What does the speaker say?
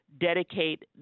dedicate